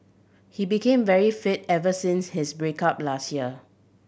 he became very fit ever since his break up last year